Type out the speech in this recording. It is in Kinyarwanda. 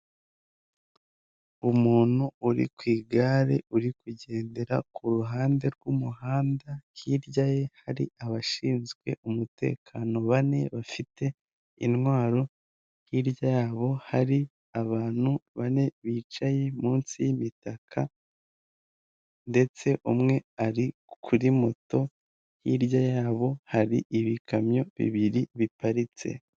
Umuntu uri ku igare uri kugendera kuruhande rw'umuhanda hirya ye hari abashinzwe umutekano bane bafite intwaro hirya yabo hari abantu bane bicaye munsi y'imitaka ndetse umwe ari kuri moto hirya yabo hari ibikamyo bibiri biparitse.